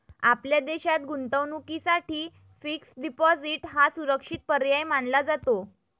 आपल्या देशात गुंतवणुकीसाठी फिक्स्ड डिपॉजिट हा सुरक्षित पर्याय मानला जातो